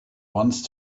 once